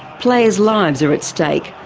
players' lives are at stake,